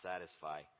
satisfy